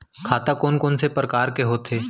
खाता कोन कोन से परकार के होथे?